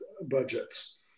budgets